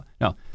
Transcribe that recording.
No